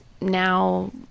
now